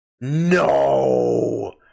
No